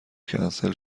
کنسل